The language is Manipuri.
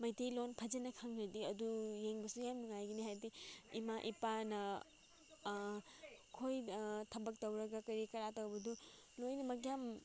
ꯃꯩꯇꯩꯂꯣꯟ ꯐꯖꯅ ꯈꯪꯂꯗꯤ ꯑꯗꯨ ꯌꯦꯡꯕꯁꯨ ꯌꯥꯝ ꯅꯨꯡꯉꯥꯏꯒꯅꯤ ꯍꯥꯏꯕꯗꯤ ꯏꯃꯥ ꯏꯄꯥꯅ ꯑꯩꯈꯣꯏ ꯊꯕꯛ ꯇꯧꯔꯒ ꯀꯔꯤ ꯀꯔꯥ ꯇꯧꯕꯗꯨ ꯂꯣꯏꯅꯃꯛ ꯌꯥꯝ